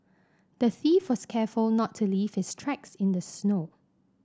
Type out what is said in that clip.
the thief was careful not to leave his tracks in the snow